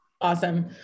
Awesome